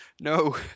No